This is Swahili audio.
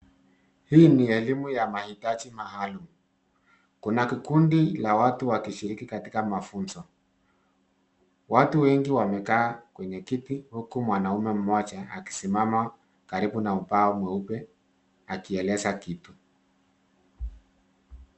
Hii ni elimu ya maitaji maalum kuna kikundi cha watu wakishiriki katika mafunzo. Watu wengi wamekaa kwenye kiti huku mwanaume mmoja akisamimama karibu na ubao mweupe akieleza kitu.